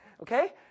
okay